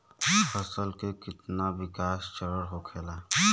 फसल के कितना विकास चरण होखेला?